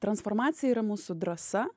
transformacija yra mūsų drąsa